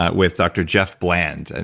ah with dr. jeff bland. and